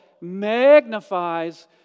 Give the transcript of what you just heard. magnifies